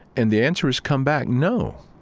and the answer has come back no.